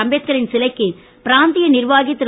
அம்பேத்கரின் சிலைக்கு பிராந்திய நிர்வாகி திரு